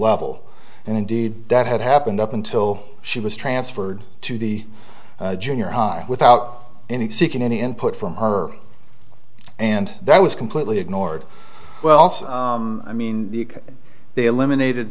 level and indeed that had happened up until she was transferred to the junior high without any seeking any input from her and that was completely ignored well i mean they eliminated